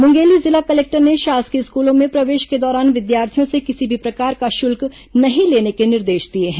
मुंगेली जिला कलेक्टर ने शासकीय स्कूलों में प्रवेश के दौरान विद्यार्थियों से किसी भी प्रकार का शुल्क नहीं लेने के निर्देश दिए हैं